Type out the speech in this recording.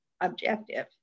objective